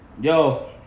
Yo